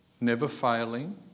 never-failing